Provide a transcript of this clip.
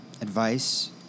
advice